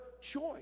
choice